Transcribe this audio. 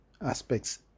aspects